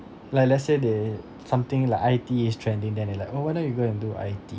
like let's say they something like I_T is trending than they like why don't you go and do I_T